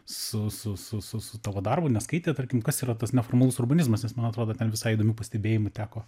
su su su su su tavo darbo neskaitė tarkim kas yra tas neformalus urbanizmas nes man atrodo ten visai įdomių pastebėjimų teko